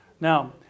Now